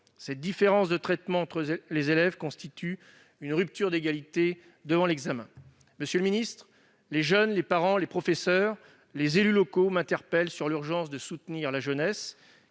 Cette différence de traitement entre les élèves constitue une rupture d'égalité devant l'examen. Monsieur le ministre, les jeunes, les parents, les professeurs et les élus locaux m'interpellent sur l'urgence de soutenir la jeunesse.